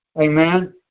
Amen